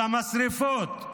על המשרפות,